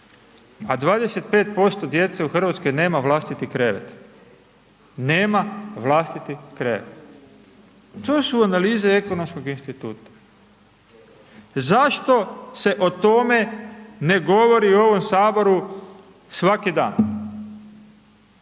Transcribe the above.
a 25% djece u Hrvatskoj nema vlastiti krevet, nema vlastiti krevet. I to su analize Ekonomskog instituta. Zašto se o tome ne govori u ovom Saboru svaki dan?